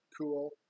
Cool